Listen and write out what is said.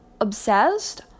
obsessed